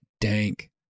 dank